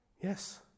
yes